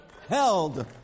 Held